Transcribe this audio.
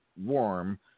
warm